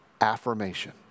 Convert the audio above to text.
affirmation